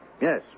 Yes